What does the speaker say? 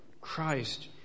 Christ